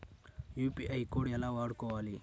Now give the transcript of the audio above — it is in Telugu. యూ.పీ.ఐ కోడ్ ఎలా వాడుకోవాలి?